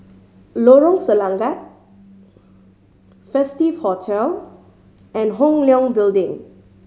Lorong Selangat Festive Hotel and Hong Leong Building